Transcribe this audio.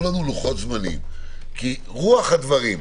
לנו לוחות זמנים כי רוח הדברים שלנו,